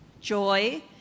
joy